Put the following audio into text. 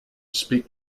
speak